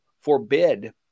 forbid